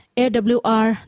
awr